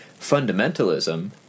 fundamentalism